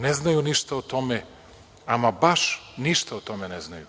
ne znaju ništa o tome, ama baš ništa ne znaju